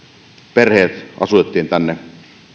perheet asutettiin tänne